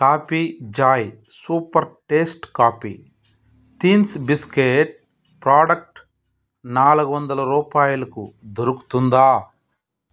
coffee Joy super taste coffee థీన్స్ biscuit product నాలుగు వందల రూపాయలకు దొరుకుతుందా